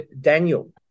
Daniel